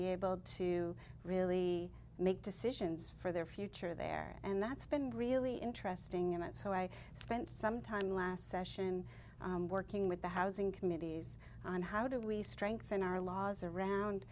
be able to really make decisions for their future there and that's been really interesting in that so i spent some time last session working with the housing committees on how do we strengthen our laws around